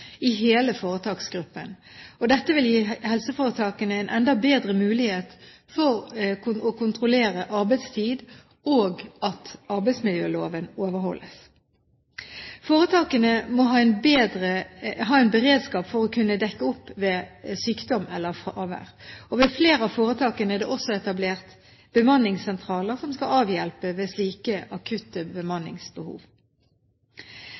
i hele foretaksgruppen. Dette vil gi helseforetakene en enda bedre mulighet til å kontrollere arbeidstid og at arbeidsmiljøloven overholdes. Foretakene må ha en beredskap for å kunne dekke opp ved sykdom eller fravær, og ved flere av foretakene er det også etablert bemanningssentraler, som skal avhjelpe ved slike akutte